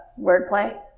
wordplay